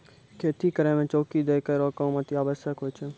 खेती करै म चौकी दै केरो काम अतिआवश्यक होय छै